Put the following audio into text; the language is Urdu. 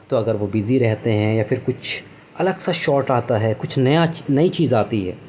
تو اگر وہ بزی رہتے ہیں یا پھر کچھ الگ سا شاٹ آتا ہے کچھ نیا نئی چیز آتی ہے